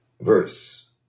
verse